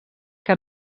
que